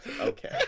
okay